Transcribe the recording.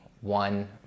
one